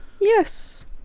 Yes